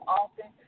often